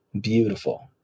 beautiful